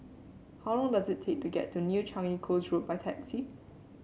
how long does it take to get to New Changi Coast Road by taxi